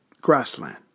grassland